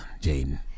Jaden